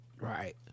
right